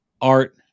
art